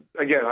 again